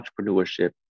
entrepreneurship